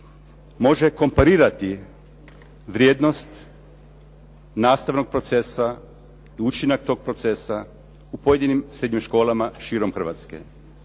može komparirati vrijednost nastavnog procesa, učinak tog procesa u pojedinim srednjim školama širom Hrvatske,